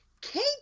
Kate